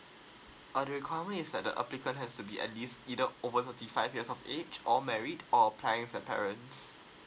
uh the requirement is like the applicant has to be at least either over forty five years of age or married or applying for their parents